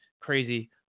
Crazy